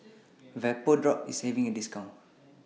Vapodrops IS having A discount